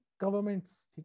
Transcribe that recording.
governments